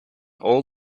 all